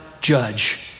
judge